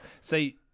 see